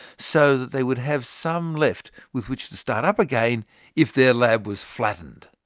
so that they would have some left with which to start up again if their lab was flattened.